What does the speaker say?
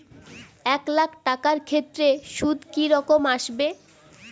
এক লাখ টাকার ক্ষেত্রে সুদ কি রকম আসবে?